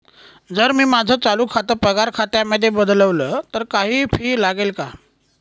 जर मी माझं चालू खातं पगार खात्यामध्ये बदलवल, तर काही फी लागेल का?